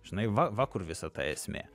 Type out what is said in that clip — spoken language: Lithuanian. žinai va va kur visa ta esmė